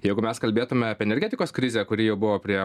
jeigu mes kalbėtume apie energetikos krizę kuri jau buvo prie